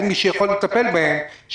אין מי שיכול לטפל בהם.